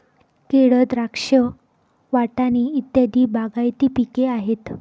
केळ, द्राक्ष, वाटाणे इत्यादी बागायती पिके आहेत